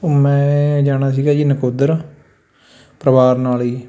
ਮੈਂ ਜਾਣਾ ਸੀਗਾ ਜੀ ਨਕੋਦਰ ਪਰਿਵਾਰ ਨਾਲ ਹੀ